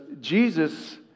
Jesus